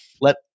let